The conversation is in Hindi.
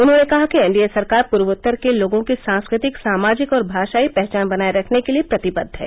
उन्होंने कहा कि एनडीए सरकार पूर्वोत्तर के लोगों की सांस्कृतिक सामाजिक और भाषायी पहचान बनाये रखने के लिए प्रतिबद्व है